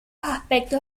aspecto